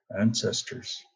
ancestors